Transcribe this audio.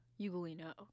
Ugolino